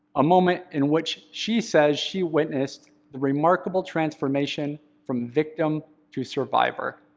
a moment in which she says she witnessed the remarkable transformation from victim to survivor.